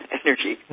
energy